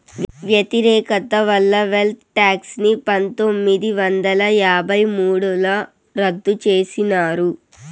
వ్యతిరేకత వల్ల wealth tax ని పందొమ్మిది వందల యాభై మూడుల రద్దు చేసినారు